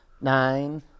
nine